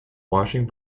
washing